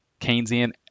Keynesian